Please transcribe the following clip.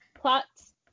plots